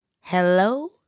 Hello